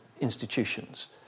institutions